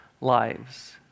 lives